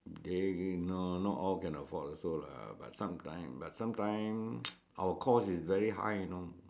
they no not all can afford also lah but sometimes but sometimes our cost is very high you know